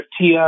Tia